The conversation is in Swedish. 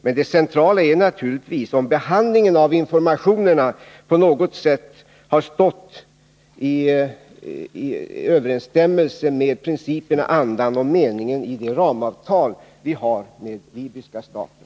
Men det centrala är naturligtvis om behandlingen av informationerna på något sätt inte har stått i överensstämmelse med principerna, andan och meningen i det ramavtal vi har med libyska staten.